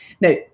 Now